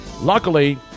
Luckily